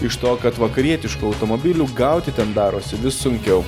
iš to kad vakarietiškų automobilių gauti ten darosi vis sunkiau